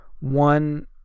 one